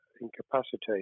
incapacitated